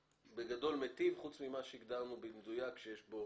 בגדול, זה מיטיב, פרט לְמה שהגדרנו במדויק שיש בו